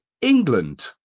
England